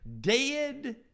dead